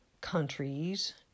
countries